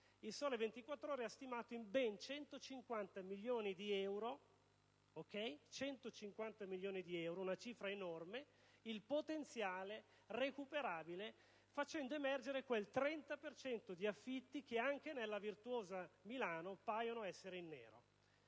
«Il Sole 24 ORE» ha stimato in ben 150 milioni di euro (una cifra enorme) il potenziale recuperabile facendo emergere il 30 per cento di affitti che, anche nella virtuosa Milano, paiono essere in nero.